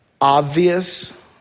obvious